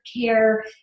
care